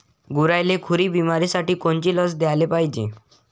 गुरांइले खुरी बिमारीसाठी कोनची लस द्याले पायजे?